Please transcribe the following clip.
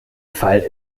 fall